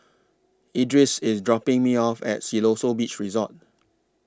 Edris IS dropping Me off At Siloso Beach Resort